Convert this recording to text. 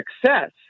success